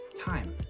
time